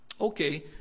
Okay